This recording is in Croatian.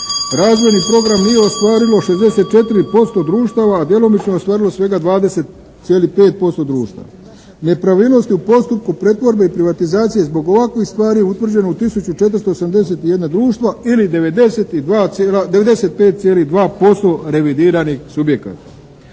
Razvojni program nije ostvarilo 64% društava, a djelomično je ostvarilo svega 20,5% društva. Nepravilnosti u postupku pretvorbe i privatizacije zbog ovakvih stvari utvrđeno u 1481 društva ili 95,2% revidiranih subjekata.